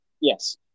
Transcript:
yes